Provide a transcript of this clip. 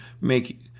make